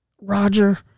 Roger